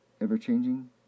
ever-changing